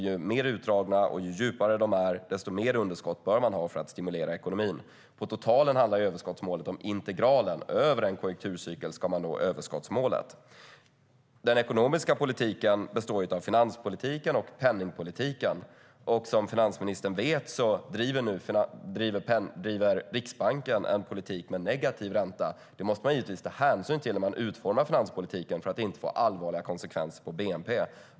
Ju mer utdragna och ju djupare de är, desto mer underskott bör man ha för att stimulera ekonomin. På totalen handlar överskottsmålet om integralen - över en konjunkturcykel ska man nå överskottsmålet. Den ekonomiska politiken består av finanspolitiken och penningpolitiken. Som finansministern vet driver nu Riksbanken en politik med negativ ränta. Det måste man givetvis ta hänsyn till när man utformar finanspolitiken för att det inte ska få allvarliga konsekvenser för bnp.